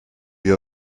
dir